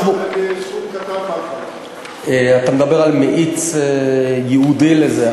סכום קטן, אתה מדבר על מאיץ ייעודי לזה.